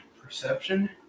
perception